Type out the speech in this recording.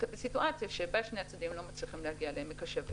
בסיטואציה שבה שני הצדדים לא מצליחים להגיע לעמק השווה